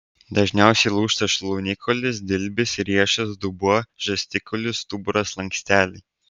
dažniausiai lūžta šlaunikaulis dilbis riešas dubuo žastikaulis stuburo slanksteliai